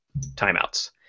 timeouts